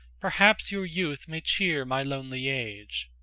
perhaps your youth may cheer my lonely age.